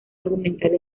argumental